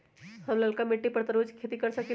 हम लालका मिट्टी पर तरबूज के खेती कर सकीले?